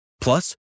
Plus